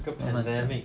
这个 pandemic